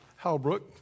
Halbrook